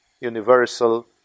universal